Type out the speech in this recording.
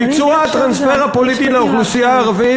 ביצוע הטרנספר הפוליטי לאוכלוסייה הערבית,